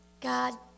God